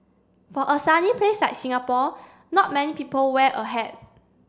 for a sunny place like Singapore not many people wear a hat